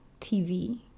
TV